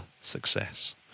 success